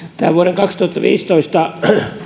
vuoden kaksituhattaviisitoista